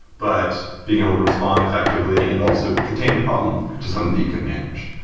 but being able to respond effectively and also contain the problem to something that you can manage.